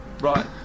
Right